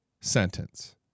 sentence